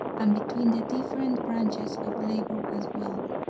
and between the different branches of labor as well.